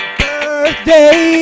birthday